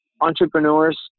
entrepreneurs